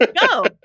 Go